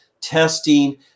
testing